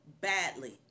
badly